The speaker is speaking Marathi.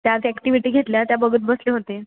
त्या आता ॲक्टिविटी घेतल्या त्या बघत बसले होते